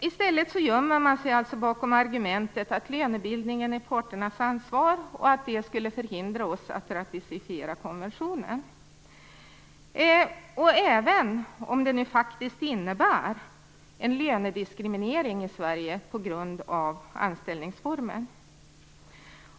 I stället gömmer man sig bakom argumentet att lönebildningen är parternas ansvar och att det skulle förhindra oss att ratificera konventionen, även om det faktiskt innebär en lönediskriminering i Sverige på grund av anställningsformen.